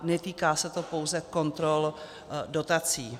Netýká se to pouze kontrol dotací.